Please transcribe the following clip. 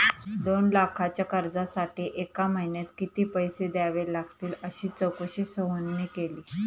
दोन लाखांच्या कर्जासाठी एका महिन्यात किती पैसे द्यावे लागतील अशी चौकशी सोहनने केली